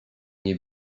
nie